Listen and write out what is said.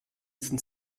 sind